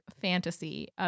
fantasy